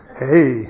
hey